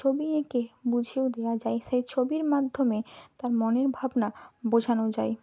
ছবি এঁকে বুঝিয়েও দেওয়া যায় সেই ছবির মাধ্যমে তার মনের ভাবনা বোঝানো যায়